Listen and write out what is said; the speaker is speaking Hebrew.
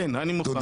נכון.